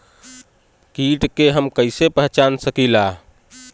कीट के हम कईसे पहचान सकीला